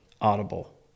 Audible